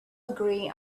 agree